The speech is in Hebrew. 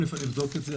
ראשית, אני אבדוק את זה.